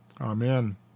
Amen